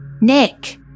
Nick